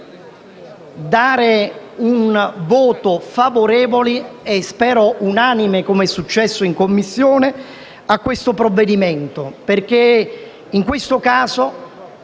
un voto favorevole - e spero unanime, come è successo in Commissione - su questo provvedimento. In questo caso,